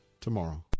tomorrow